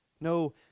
no